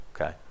Okay